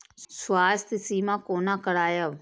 स्वास्थ्य सीमा कोना करायब?